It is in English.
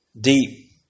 deep